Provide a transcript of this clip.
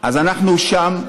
אז אנחנו שם.